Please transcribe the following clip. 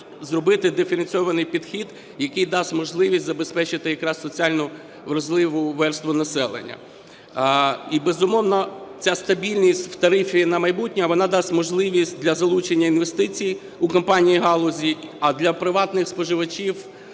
зробити диференційований підхід, який дасть можливість забезпечити якраз соціально вразливу верству населення. І, безумовно, ця стабільність в тарифі на майбутнє, вона дасть можливість для залучення інвестицій у компанії галузі, а для приватних споживачів